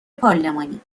پارلمانی